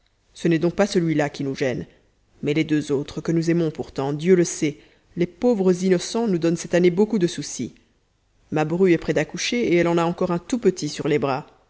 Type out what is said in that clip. ce n'est donc pas celui-là qui nous gêne mais les deux autres que nous aimons pourtant dieu le sait les pauvres innocents nous donnent cette année beaucoup de souci ma bru est près d'accoucher et elle en a encore un tout petit sur les bras